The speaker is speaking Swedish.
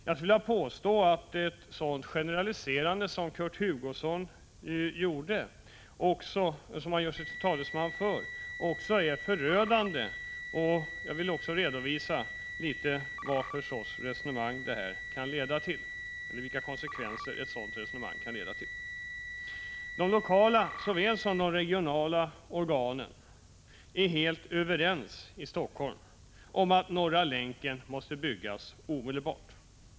Jag skulle vilja påstå att ett sådant generaliserande som Kurt Hugosson gör sig till talesman för också är förödande. Jag vill också redovisa vilka konsekvenser ett sådant resonemang kan leda till. De lokala såväl som de regionala organen i Helsingfors är helt överens om att Norra Länken måste byggas omedelbart.